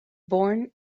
born